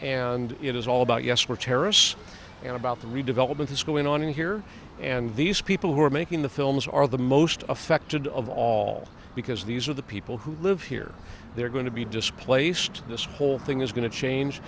and it is all about yes more terrorists and about the redevelopment that's going on in here and these people who are making the films are the most affected of all because these are the people who live here they're going to be displaced this whole thing is going to change